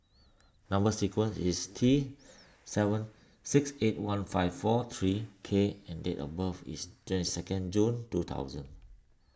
Number Sequence is T seven six eight one five four three K and date of birth is second June two thousand